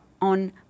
on